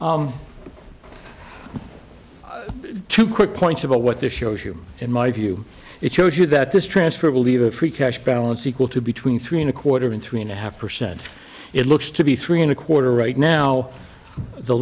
just two quick points about what this shows you in my view it shows you that this transfer will leave a free cash balance equal to between three and a quarter in three and a half percent it looks to be three and a quarter right now the